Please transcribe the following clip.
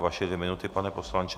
Vaše dvě minuty, pane poslanče.